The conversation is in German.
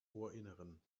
ohrinneren